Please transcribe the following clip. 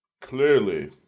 clearly